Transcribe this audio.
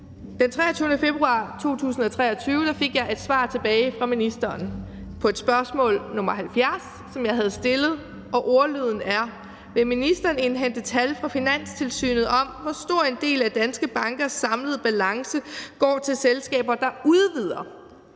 Den 23. februar 2023 fik jeg et svar tilbage fra ministeren på et spørgsmål, nr. 70, som jeg havde stillet, og spørgsmålets ordlyd er: Vil ministeren indhente tal fra Finanstilsynet om, hvor stor en del af danske bankers samlede balance der går til selskaber, der udvider